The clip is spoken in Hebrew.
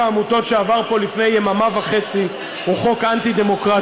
שעבר פה לפני יממה וחצי, הוא חוק אנטי-דמוקרטי.